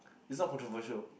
it's not controversial